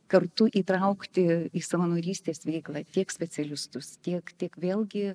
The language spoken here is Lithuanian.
kartu įtraukti į savanorystės veiklą tiek specialistus tiek tiek vėlgi